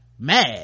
mad